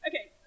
Okay